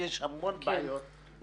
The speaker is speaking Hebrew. יש המון בעיות.